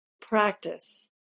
Practice